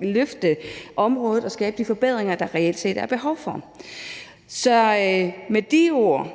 løfte området og skabe de forbedringer, der reelt set er behov for. Så med de ord